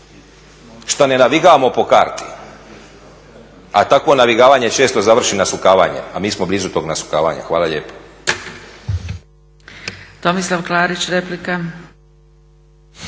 što ne navigavamo po karti, a takvo navigavanje često završi nasukavanjem, a mi smo blizu toga nasukavanja. Hvala lijepa. **Zgrebec, Dragica